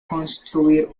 construir